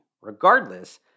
Regardless